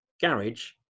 garage